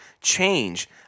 change